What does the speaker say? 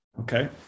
okay